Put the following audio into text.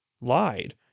lied